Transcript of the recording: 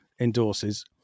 endorses